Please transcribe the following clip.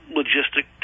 logistic